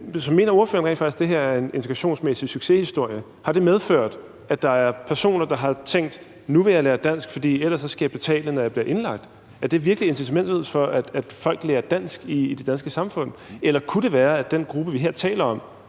rent faktisk, at det her er en integrationsmæssig succeshistorie? Har det medført, at der er personer, der har tænkt: Nu vil jeg lære dansk, for ellers skal jeg betale, når jeg bliver indlagt? Er det virkelig incitamentet til at lære dansk i det danske samfund? Eller kunne det være, at den gruppe, vi her taler om